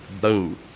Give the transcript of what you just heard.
Boom